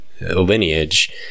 lineage